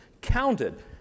counted